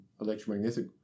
electromagnetic